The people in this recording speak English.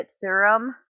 serum